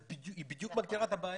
היא בדיוק מגדירה את הבעיה.